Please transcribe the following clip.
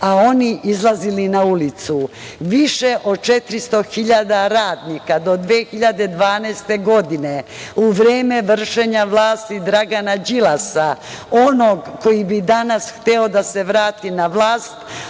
a oni izlazili na ulicu. Više od 400.000 radnika do 2012. godine u vreme vršenja vlasti Dragana Đilasa, onog koji bi danas hteo da se vrati na vlast,